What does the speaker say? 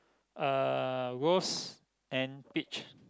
uh rose and peach